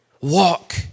Walk